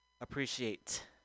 appreciate